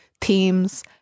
teams